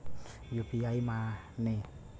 UPI माने?